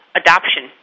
adoption